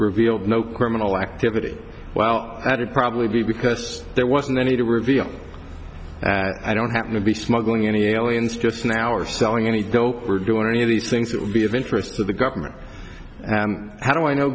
revealed no criminal activity while added probably because there wasn't any to reveal i don't happen to be smuggling any aliens just now or selling any go or doing any of these things that would be of interest to the government and how do i know